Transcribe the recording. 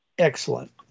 excellent